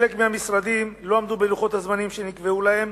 חלק מהמשרדים לא עמדו בלוחות הזמנים שנקבעו להם